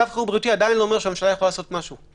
מצב חירום בריאותי עדיין לא אומר שהממשלה יכולה לעשות משהו.